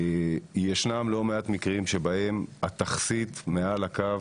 ישנם לא מעט מקרים שבהם התכסית מעל הקו